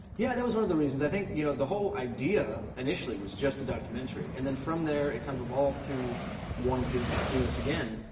yeah. that was one of the reasons. i think, you know, the whole idea initially was just a documentary. and then, from there, it kind of evolved to wanting to do this again.